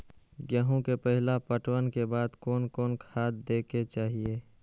गेहूं के पहला पटवन के बाद कोन कौन खाद दे के चाहिए?